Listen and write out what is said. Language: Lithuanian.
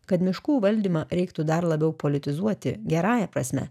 kad miškų valdymą reiktų dar labiau politizuoti gerąja prasme